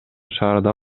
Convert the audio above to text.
шаарда